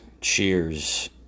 Cheers